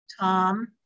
Tom